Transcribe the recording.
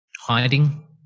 hiding